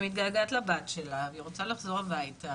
מתגעגעת לבת שלה והיא רוצה לחזור הביתה,